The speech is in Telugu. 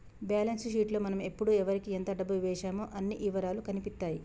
బ్యేలన్స్ షీట్ లో మనం ఎప్పుడు ఎవరికీ ఎంత డబ్బు వేశామో అన్ని ఇవరాలూ కనిపిత్తాయి